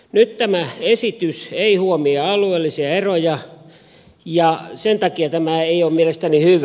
nyt tämä esitys ei huomioi alueellisia eroja ja sen takia tämä ei ole mielestäni hyvä